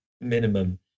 minimum